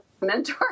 mentor